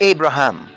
Abraham